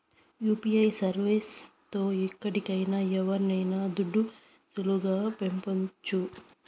UPI service తో ఎక్కడికైనా ఎవరికైనా దుడ్లు సులువుగా పంపొచ్చు